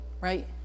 right